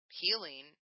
healing